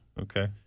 Okay